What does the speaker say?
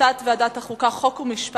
ולא היו נמנעים.